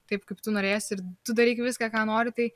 taip kaip tu norėsi ir tu daryk viską ką nori tai